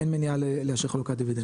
אין מניעה לאשר חלוקת דיבידנדים.